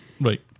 right